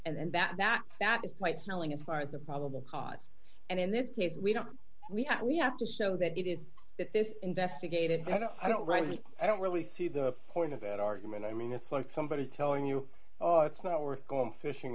that and that that that is quite smelling as far as the probable cause and in this case we don't we have we have to show that it is that this investigative i don't rightly i don't really see the point of that argument i mean it's like somebody telling you are it's not worth going fishing